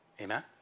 Amen